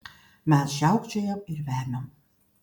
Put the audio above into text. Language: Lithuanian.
mes žiaukčiojam ir vemiam